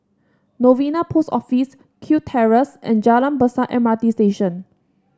Novena Post Office Kew Terrace and Jalan Besar M R T Station